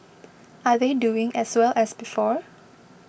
are they doing as well as before